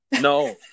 no